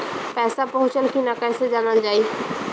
पैसा पहुचल की न कैसे जानल जाइ?